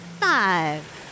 Five